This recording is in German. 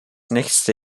nächste